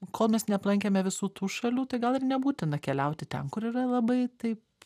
kol mes neaplankėme visų tų šalių tai gal ir nebūtina keliauti ten kur yra labai taip